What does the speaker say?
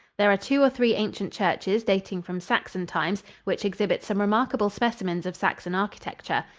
there are two or three ancient churches dating from saxon times which exhibit some remarkable specimens of saxon architecture.